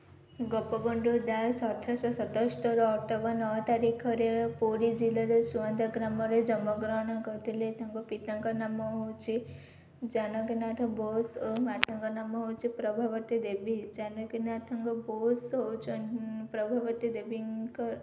ଗୋପବନ୍ଧୁ ଦାସ ଅଠରଶହ ସତଠର ଅକ୍ଟୋବର ନଅ ତାରିଖରେ ପୁରୀ ଜିଲ୍ଲାରେ ସୁଆନ୍ତ ଗ୍ରାମରେ ଜନ୍ମ ଗ୍ରହଣ କରିଥିଲେ ତାଙ୍କ ପିତାଙ୍କ ନାମ ହଉଛି ଜାନକିନାଥ ବୋଷ ଓ ମାତାଙ୍କ ନାମ ହଉଛି ପ୍ରଭାବତୀ ଦେବୀ ଜାନକିନାଥଙ୍କ ବୋଷ ହଉ ପ୍ରଭାବତୀ ଦେବୀଙ୍କ